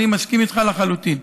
אני מסכים איתך לחלוטין.